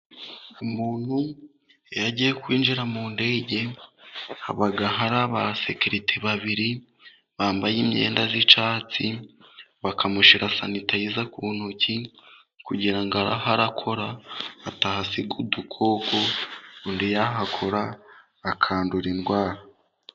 Umuntu iyo agiye kwinjira mu ndege, haba hari aba sekirite babiri bambaye imyenda y'icyatsi, bakamushyira sanitayiza ku ntoki, kugira ngo aho arakora atahasiga udukoko undi yahakora akandura indwara.